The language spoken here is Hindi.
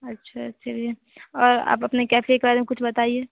अच्छा चलिए और आप अपने कैफे के बारे में कुछ बताइए